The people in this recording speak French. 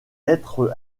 être